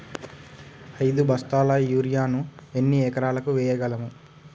ఐదు బస్తాల యూరియా ను ఎన్ని ఎకరాలకు వేయగలము?